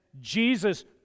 Jesus